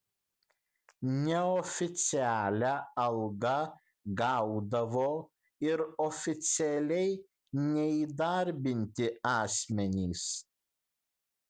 neoficialią algą gaudavo ir oficialiai neįdarbinti asmenys